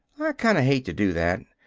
kinda hate to do that.